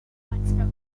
constructed